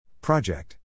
Project